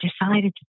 decided